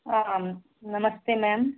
आं नमस्ते मेम्